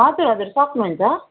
हजुर हजुर सक्नु हुन्छ